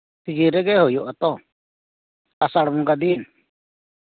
ᱥᱤᱡᱮᱱ ᱨᱮᱜᱮ ᱦᱩᱭᱩᱜ ᱟᱛᱚ ᱟᱥᱟᱲ ᱵᱚᱸᱜᱟ ᱫᱤᱱ